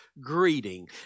greeting